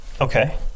Okay